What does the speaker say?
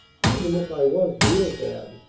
even if i was real bad.